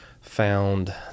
found